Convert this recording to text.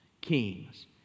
kings